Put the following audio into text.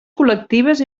col·lectives